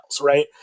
right